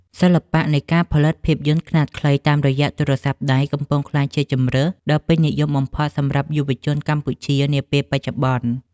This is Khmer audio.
សិល្បៈនៃការផលិតភាពយន្តខ្នាតខ្លីតាមរយៈទូរស័ព្ទដៃកំពុងក្លាយជាជម្រើសដ៏ពេញនិយមបំផុតសម្រាប់យុវជនកម្ពុជានាពេលបច្ចុប្បន្ន។